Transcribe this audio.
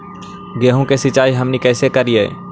गेहूं के सिंचाई हमनि कैसे कारियय?